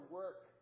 work